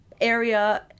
area